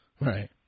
Right